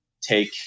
take